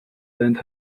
earned